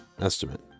estimate